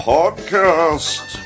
Podcast